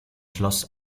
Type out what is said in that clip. schloss